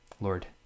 Lord